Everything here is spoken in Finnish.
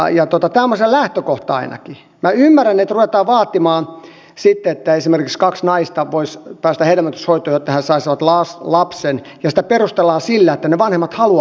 minä ymmärrän että ruvetaan vaatimaan sitten että esimerkiksi kaksi naista voisi päästä hedelmöityshoitoon jotta he saisivat lapsen ja sitä perustellaan sillä että ne vanhemmat haluavat sen lapsen